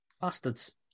bastards